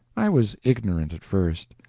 i was ignorant at first.